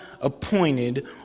appointed